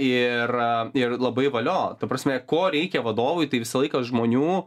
ir ir labai valio ta prasme ko reikia vadovui tai visą laiką žmonių